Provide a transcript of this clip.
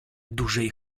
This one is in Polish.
dużej